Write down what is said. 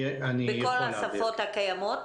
בכל השפות הקיימות?